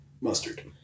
Mustard